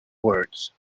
words